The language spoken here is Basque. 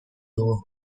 dugu